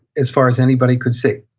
as far as anybody could see.